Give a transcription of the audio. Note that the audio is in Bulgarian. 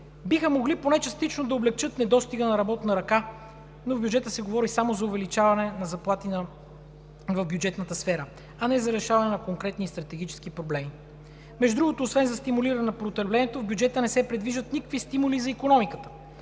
биха могли поне частично да облекчат недостига на работна ръка, но в бюджета се говори само за увеличаване на заплати в бюджетната сфера, а не за решаване на конкретни и стратегически проблеми. Между другото, освен за стимулиране на потреблението, в бюджета не се предвиждат никакви стимули за икономиката